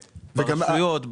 ברשויות,